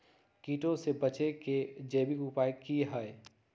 कीटों से बचे के जैविक उपाय की हैय?